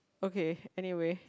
okay anyway